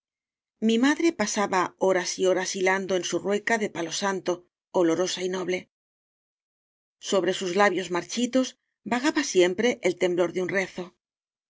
mi madre pasaba horas y horas hilando en su rueca de palo santo olorosa y noble sobre sus labios marchitos vagaba siempre el temblor de un rezo